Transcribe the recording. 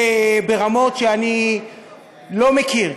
וברמות שאני לא מכיר.